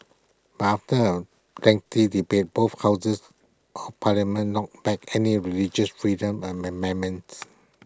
but after A lengthy debate both houses of parliament knocked back any religious freedom and amendments